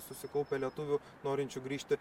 susikaupę lietuvių norinčių grįžti